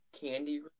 candy